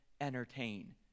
entertain